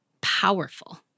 powerful